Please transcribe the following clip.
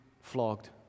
flogged